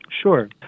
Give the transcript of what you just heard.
Sure